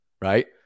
Right